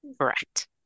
Correct